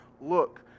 Look